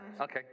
Okay